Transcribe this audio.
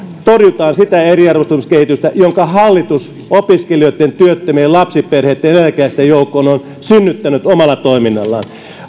torjutaan sitä eriarvoistumiskehitystä jonka hallitus opiskelijoitten työttömien lapsiperheitten eläkeläisten joukkoon on synnyttänyt omalla toiminnallaan